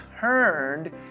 turned